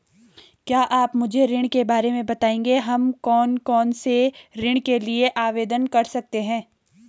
क्या आप मुझे ऋण के बारे में बताएँगे हम कौन कौनसे ऋण के लिए आवेदन कर सकते हैं?